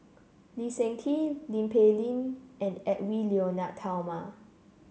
Lee Seng Tee Tin Pei Ling and Edwy Lyonet Talma